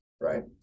right